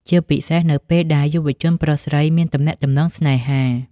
ជាពិសេសនៅពេលដែលយុវជនប្រុសស្រីមានទំនាក់ទំនងស្នេហា។